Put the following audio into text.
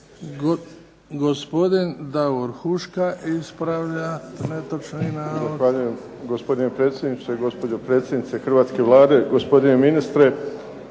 Gospodin Davor Huška ispravlja netočni navod.